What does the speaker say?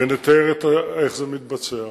ונתאר איך זה מתבצע.